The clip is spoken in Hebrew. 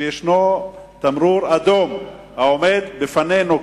שעומד בפנינו,